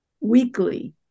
weekly